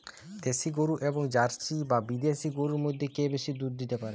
দেশী গরু এবং জার্সি বা বিদেশি গরু মধ্যে কে বেশি দুধ দিতে পারে?